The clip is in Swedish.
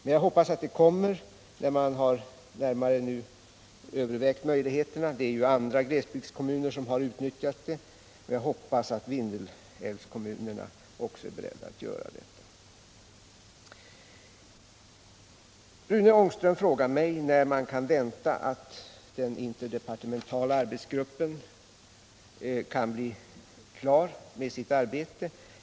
Andra glesbygdskommuner har ju utnyttjat sådant bidrag, och jag hoppas att Vindelälvskommunerna också är beredda att göra det när man nu närmare har övervägt möjligheterna. Rune Ångström frågar mig när man kan vänta att den interdepartementala arbetsgruppen kan bli klar med sitt arbete.